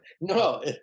no